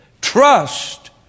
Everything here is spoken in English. trust